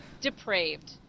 depraved